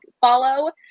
follow